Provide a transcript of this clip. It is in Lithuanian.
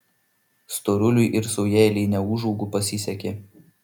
storuliui ir saujelei neūžaugų pasisekė